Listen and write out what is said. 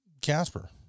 Casper